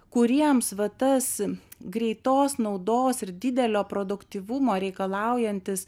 kuriems va tas greitos naudos ir didelio produktyvumo reikalaujantis